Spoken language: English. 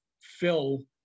fill